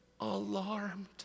alarmed